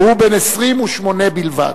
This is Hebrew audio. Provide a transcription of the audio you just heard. והוא בן 28 בלבד.